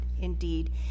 indeed